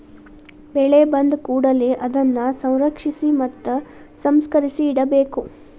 ಬೆಳೆ ಬಂದಕೂಡಲೆ ಅದನ್ನಾ ಸಂರಕ್ಷಿಸಿ ಮತ್ತ ಸಂಸ್ಕರಿಸಿ ಇಡಬೇಕು